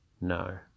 No